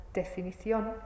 definición